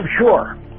sure